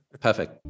perfect